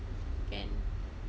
kan